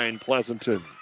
Pleasanton